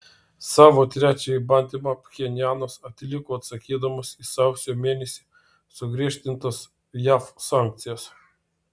savo trečiąjį bandymą pchenjanas atliko atsakydamas į sausio mėnesį sugriežtintas jav sankcijas